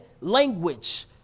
language